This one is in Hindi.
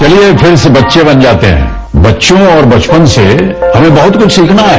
चलिए फिर से बच्चे बन जाते हैं बच्चों और बचपन से हमें बहुत कुछ सीखना है